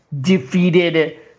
defeated